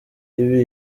ibi